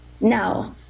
Now